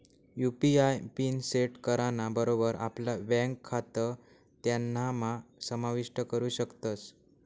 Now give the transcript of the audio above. UPI PIN set कराना बरोबर आपला ब्यांक खातं त्यानाम्हा समाविष्ट करू शकतस